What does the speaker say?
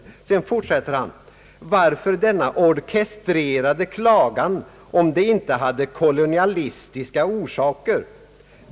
Telegrammet fortsätter: »Varför denna orkestrerade klagan om det inte hade kolonialistiska orsaker?